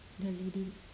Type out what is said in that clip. the lady